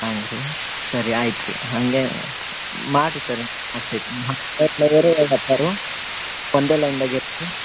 ಹಾಗ್ರಿ ಸರಿ ಆಯ್ತು ರೀ ಹಂಗೇನು ಇಲ್ಲ ರಿ ಮಾಡಿರಿ ಸರ್ ನಾಲ್ಕು ಸೀಟ್ ಎರಡು ಲೋವರು ಎರಡು ಅಪ್ಪರು ಒಂದೇ ಲೈನ್ದಾಗ ಇರಲಿ